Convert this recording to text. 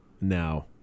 Now